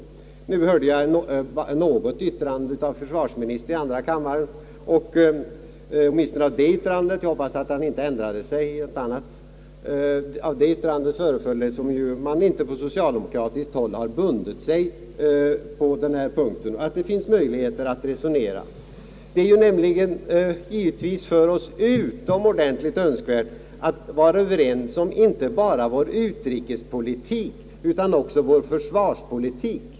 Jag hörde ett yttrande av försvarsministern i andra kammaren, och åtminstone av det yttrandet — jag hoppas att han inte har ändrat sig — föreföll det som om man inte från socialdemokratiskt håll har bundit sig på denna punkt utan att det finns möjligheter att resonera. Det är givetvis för oss utomordentligt önskvärt att vi kommer överens inte bara om vår utrikespolitik, utan också om vår försvarspolitik.